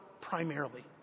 primarily